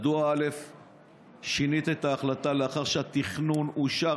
1. מדוע שינית את ההחלטה לאחר שהתכנון אושר?